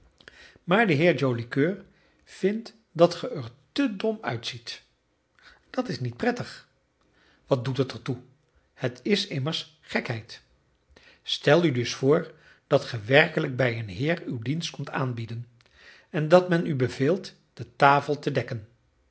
maar de heer joli coeur vindt dat ge er te dom uitziet dat is niet prettig wat doet er dat toe het is immers gekheid stel u dus voor dat ge werkelijk bij een heer uw dienst komt aanbieden en dat men u beveelt de tafel te dekken